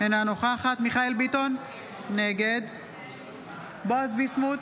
אינה נוכחת מיכאל מרדכי ביטון, נגד בועז ביסמוט,